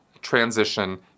transition